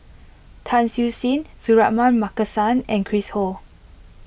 Tan Siew Sin Suratman Markasan and Chris Ho